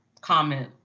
comment